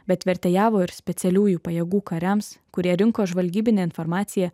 bet vertėjavo ir specialiųjų pajėgų kariams kurie rinko žvalgybinę informaciją